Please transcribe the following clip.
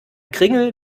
kringel